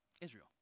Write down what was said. Israel